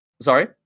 Sorry